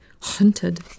hunted